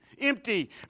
empty